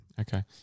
Okay